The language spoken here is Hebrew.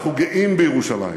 אנחנו גאים בירושלים.